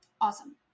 Awesome